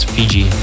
Fiji